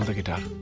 and guitar!